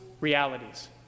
realities